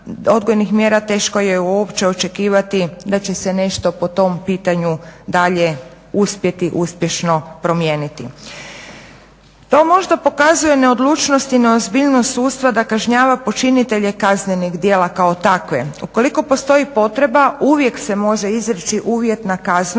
odgojnih mjera teško je uopće očekivati da će se nešto po tom pitanju dalje uspjeti uspješno promijeniti. To možda pokazuje neodlučnost i neozbiljnost sudstva da kažnjava počinitelje kaznenih djela kao takve. Ukoliko postoji potreba uvijek se može izreći uvjetna kazna,